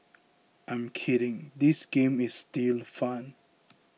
I'm kidding this game is still fun